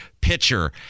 pitcher